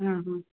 हाँ हाँ